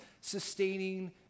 sustaining